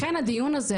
לכן הדיון הזה,